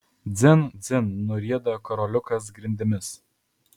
dzin dzin nurieda karoliukas grindimis